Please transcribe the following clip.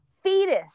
fetus